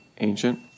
ancient